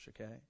okay